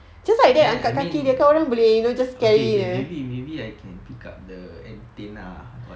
and then I mean okay okay maybe maybe I can pick up the antenna ah